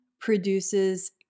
produces